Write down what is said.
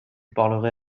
parlerai